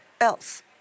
else